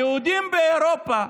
היהודים באירופה,